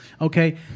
Okay